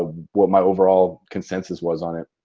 ah what my overall consensus was on it.